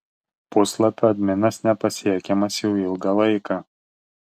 puslapio adminas nepasiekiamas jau ilgą laiką